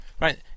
Right